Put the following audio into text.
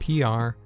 PR